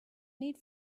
need